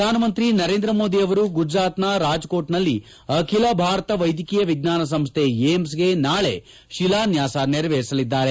ಪ್ರಧಾನಮಂತ್ರಿ ನರೇಂದ್ರ ಮೋದಿ ಅವರು ಗುಜರಾತ್ನ ರಾಜ್ಕೋಟ್ನಲ್ಲಿ ಅಖಿಲ ಭಾರತ ವೈದ್ಯಕೀಯ ಎಜ್ಜಾನ ಸಂಸ್ಥೆ ಏಮ್ಗೆ ನಾಳೆ ಶಿಲಾನ್ಸಾಸ ನೆರವೇರಿಸಲಿದ್ದಾರೆ